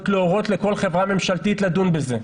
להורות לכל חברה ממשלתית לדון בזה.